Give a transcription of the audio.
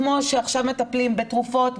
כמו שעכשיו מטפלים בתרופות,